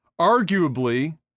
Arguably